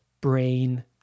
brain